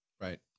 Right